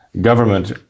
government